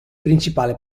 principale